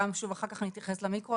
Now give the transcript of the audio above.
אחר כך אתייחס למיקרו.